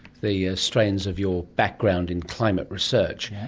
the ah strains of your background in climate research.